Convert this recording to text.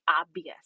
obvious